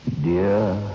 Dear